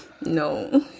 No